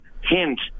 hint